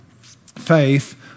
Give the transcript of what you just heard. faith